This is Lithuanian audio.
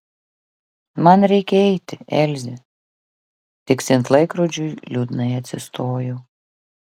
man reikia eiti elze tiksint laikrodžiui liūdnai atsistojau